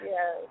Yes